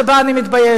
שבה אני מתביישת.